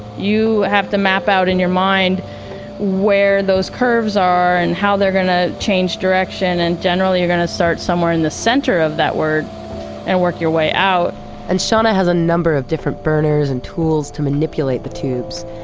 you have to map out in your mind where those curves are and how they're going to change direction and generally you're going to start somewhere in the center of that word and work your way out shawna has a number of different burners and tools to manipulate the tubes.